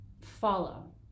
follow